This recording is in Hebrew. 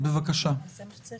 אנחנו תומכים ותמכנו.